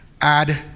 add